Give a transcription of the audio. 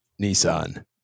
Nissan